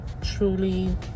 truly